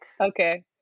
Okay